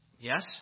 Yes